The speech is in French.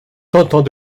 tentant